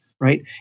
Right